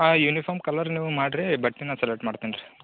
ಹಾಂ uniform colour ನೀವು ಮಾಡಿ ರಿ ಬಟ್ಟೆ ನಾ ಸೆಲೆಕ್ಟ್ ಮಾಡ್ತೀನಿ ರೀ